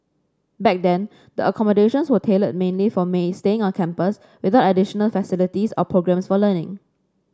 back then the accommodations were tailored mainly for staying on campus without additional facilities or programmes for learning